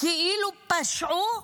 כאילו פשעו,